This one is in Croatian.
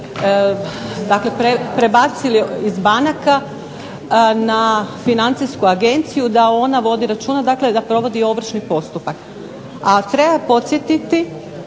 prebacili iz banaka na financijsku agenciju da ona vodi računa, dakle da provodi ovršni postupak. A treba podsjetiti